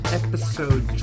episode